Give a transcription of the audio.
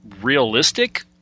realistic